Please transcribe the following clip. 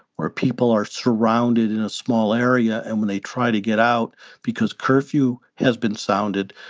where people are surrounded in a small area. and when they try to get out because curfew has been sounded,